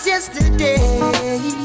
Yesterday